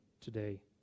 today